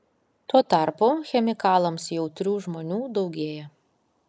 tuo tarpu chemikalams jautrių žmonių daugėja